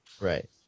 Right